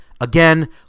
Again